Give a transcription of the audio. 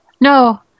no